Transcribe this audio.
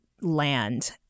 land